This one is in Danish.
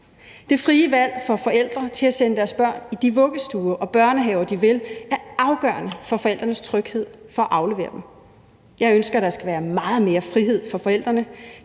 Det frie valg får forældre til at sende deres børn i de vuggestuer og børnehaver, de vil, og er afgørende for forældrenes tryghed ved at aflevere dem. Jeg ønsker, at der skal være meget mere frihed for forældrene.